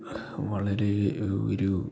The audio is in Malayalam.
വളരെ ഒരു